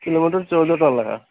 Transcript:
kilometre ଚଉଦ ଟଙ୍କା ଲେଖା